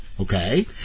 Okay